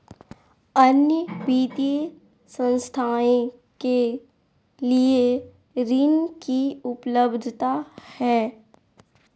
अन्य वित्तीय संस्थाएं के लिए ऋण की उपलब्धता है?